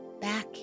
back